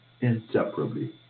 inseparably